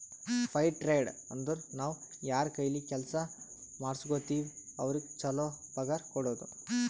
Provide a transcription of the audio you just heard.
fire trade ಅಂದುರ್ ನಾವ್ ಯಾರ್ ಕೈಲೆ ಕೆಲ್ಸಾ ಮಾಡುಸ್ಗೋತಿವ್ ಅವ್ರಿಗ ಛಲೋ ಪಗಾರ್ ಕೊಡೋದು